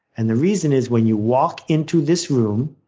and the reason is, when you walk into this room,